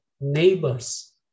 neighbors